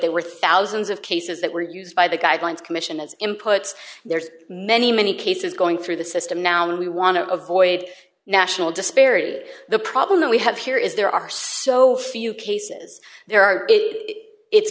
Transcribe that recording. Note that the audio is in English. there were thousands of cases that were used by the guidelines commission as inputs there's many many cases going through the system now and we want to avoid national disparate the problem that we have here is there are so few cases there are it's